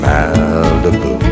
Malibu